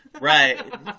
Right